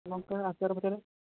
ଲଙ୍କା ଆଚାର ଫାଚାର